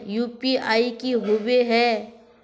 UPI की होबे है?